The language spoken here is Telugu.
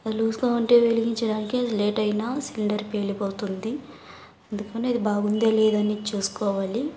లూజ్గా ఉంటే వెలిగించడానికి లేట్ అయినా సిలిండర్ పేలిపోతుంది అందుకని ఇది బాగుందా లేదా అని చూసుకోవాలి